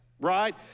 right